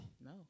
No